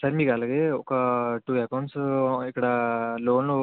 sir మీరు అలాగే ఒక టూ అకౌంట్స్ ఇక్కడ లోన్లు